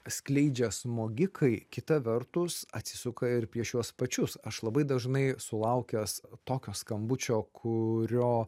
skleidžia smogikai kita vertus atsisuka ir prieš juos pačius aš labai dažnai sulaukęs tokio skambučio kurio